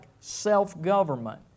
self-government